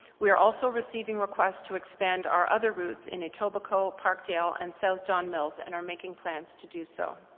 we are also receiving requests to expand our other routes in etobicoke, parkdale and south don mills and are making plans to do so.